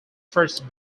first